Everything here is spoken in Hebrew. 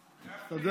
שקל.